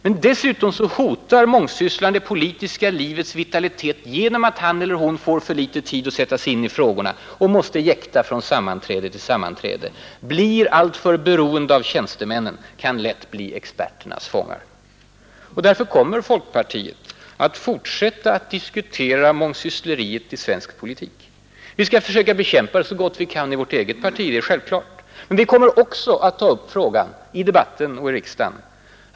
Han eller hon hotar dessutom det politiska livets vitalitet genom att få för litet tid att sätta sig in i frågorna. Han tvingas jäkta från sammanträde till sammanträde, blir därför alltför beroende av tjänstemännen, kan lätt bli experternas fånge. Därför kommer folkpartiet att fortsätta att diskutera mångsyssleriet i svensk politik. Vi skall fortsätta att motverka det så gott vi kan i vårt eget parti; det är självklart. Men vi kommer också att ta upp frågan i debatten och i riksdagen.